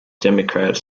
democrats